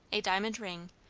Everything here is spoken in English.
a diamond ring,